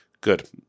Good